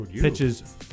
pitches